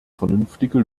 vernünftige